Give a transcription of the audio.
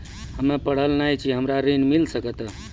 हम्मे पढ़ल न छी हमरा ऋण मिल सकत?